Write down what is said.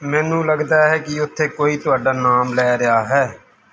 ਮੈਨੂੰ ਲੱਗਦਾ ਹੈ ਕਿ ਉੱਥੇ ਕੋਈ ਤੁਹਾਡਾ ਨਾਮ ਲੈ ਰਿਹਾ ਹੈ